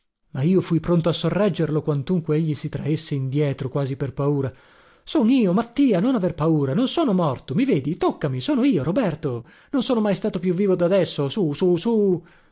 ma io fui pronto a sorreggerlo quantunque egli si traesse indietro quasi per paura son io mattia non aver paura non sono morto i vedi toccami sono io roberto non sono mai stato più vivo dadesso sù sù sù